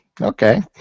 Okay